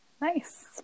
Nice